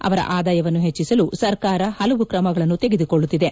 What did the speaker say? ಅವರ ಆದಾಯವನ್ನು ಹೆಚ್ಚಿಸಲು ಸರ್ಕಾರ ಹಲವು ಕ್ರಮಗಳನ್ನು ತೆಗೆದುಕೊಳ್ಳುತ್ತಿದೆ